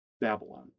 Babylon